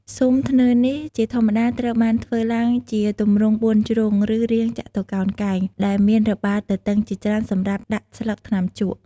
ស៊ុមធ្នើរនេះ ជាធម្មតាត្រូវបានធ្វើឡើងជាទម្រង់បួនជ្រុង ឬរាងចតុកោណកែង ដែលមានរបារទទឹងជាច្រើនសម្រាប់ដាក់ស្លឹកថ្នាំជក់។